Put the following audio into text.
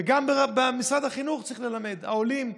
וגם במשרד החינוך צריך ללמד: העולים,